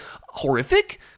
horrific